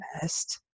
best